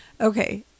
okay